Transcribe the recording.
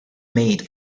made